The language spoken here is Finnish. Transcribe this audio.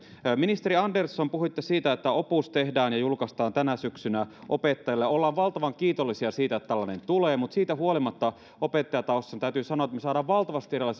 ministeri andersson puhuitte siitä että tehdään ja julkaistaan opus opettajille tänä syksynä ollaan valtavan kiitollisia siitä että tällainen tulee mutta siitä huolimatta opettajataustaisena täytyy sanoa että me saamme valtavasti erilaisia